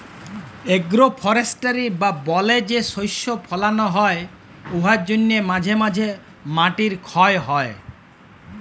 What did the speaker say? agro forestry বা বলে যে শস্য ফলাল হ্যয় উয়ার জ্যনহে মাঝে ম্যধে মাটির খ্যয় হ্যয়